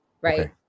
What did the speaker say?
Right